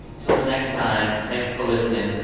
till the next time, thank you for listening.